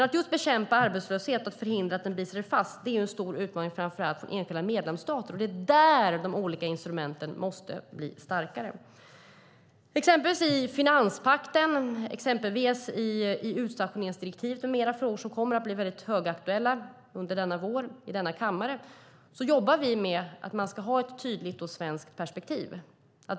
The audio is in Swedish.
Att bekämpa arbetslöshet och förhindra att den biter sig fast är en stor utmaning framför allt för enskilda medlemsstater. Där måste de olika instrumenten bli starkare. När det gäller exempelvis finanspakten och utstationeringsdirektivet som kommer att vara högaktuella i vår i denna kammare jobbar vi med att få ett tydligt svenskt perspektiv.